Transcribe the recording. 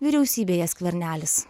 vyriausybėje skvernelis